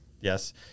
Yes